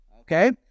okay